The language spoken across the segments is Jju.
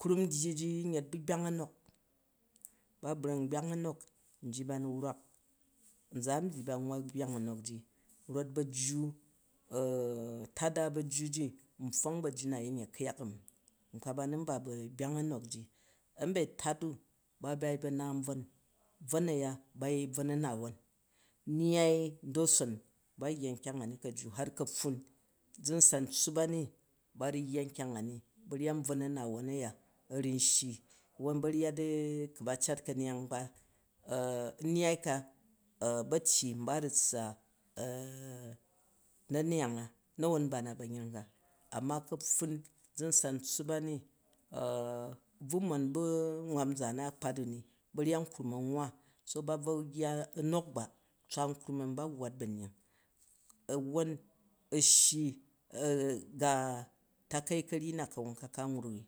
Kram ndyi ji yin hyet bu̱ gbyang a̱mok nyi ba nu wrak, nzan an byi ba nwaat datang a̱mok ji rot ba̱jju tada ba̱jju npfong bajju ji na yin yet ku̱yak a̱mi, nkpa ba nu nba bu̱ gbyang a̱nok ji, amba̱tat u ba bai bu̱ a̱na nbvon, bvon a̱ya ba yei bvon a̱nawon nyai ndoson ba yya nkyang ka̱jju har ka̱pffun zun san tsuup ani baru a̱ni ba ru yya nkyong ani ba̱ryat nbvon a̱nawon a̱ya a̱ run shyi, won ba̱ryat ku̱ ba cat ka̱neyong ka nnyai ka ba̱tyi nba a̱ ru tsaa na̱niyang a, na̱won nba na ba̱nyring ba, amma ka̱pffun, zu n san tsuup a ni buu mon bu nwap nzaan a u̱ kpat a ni ba̱ryaat nkru̱m a̱ nwwa, ba bvo yya a̱nok ba tswa mkrum a̱mi ba waat ba̱nying, won a̱ shyi ga takai ka̱ryi na ka̱won ka ka nwruk ni.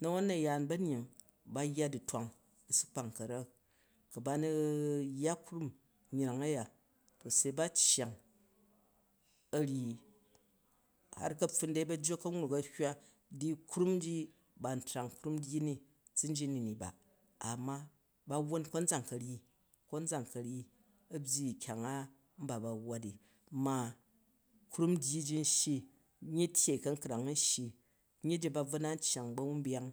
Na̱won na̱yaan ba̱nying ba yya du̱twang su kpang ka̱rak, ku ba nu yya krum nyreng a ya to se ba iyana̱ a̱ ryi, har ka̱pffun dei ba̱jju a̱ kam wrui a̱ hywa di kurm ji ba ntrang krum ndyi ni nzun ji ni ba, amma ba wwon konzan ka̱ryi, konzan ka̱ryi a̱ byi kyang a nba ba waati, ma krum ndyi ji n shyi, nyi tyei ka̱nkrang n shyi, n yi ji ba na cyon ba̱wumbeyang.